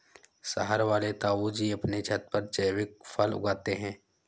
शहर वाले ताऊजी अपने छत पर जैविक फल उगाते हैं